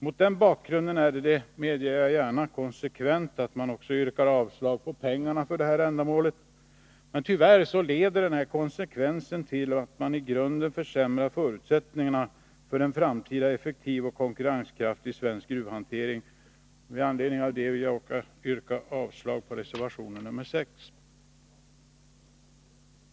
Mot denna bakgrund är det — det medger jag gärna — konsekvent att man också yrkar avslag på förslaget om att anslå pengar för detta ändamål. Tyvärr leder denna konsekvens till att man i grunden försämrar förutsättningarna för en framtida effektiv och konkurrenskraftig svensk gruvhantering. Med anledning därav vill jag yrka avslag på reservation nr 6.